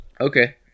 Okay